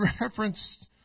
reference